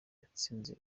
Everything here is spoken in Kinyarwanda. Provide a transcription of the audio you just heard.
yatsinze